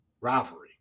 rivalry